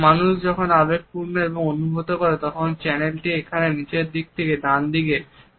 মানুষ যখন আবেগপূর্ণ এবং অনুভব করে তখন চ্যানেলটি এখানে নিচের ডান দিকে থাকে